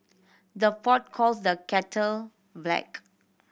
the pot calls the kettle black